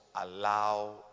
allow